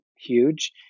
huge